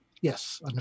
Yes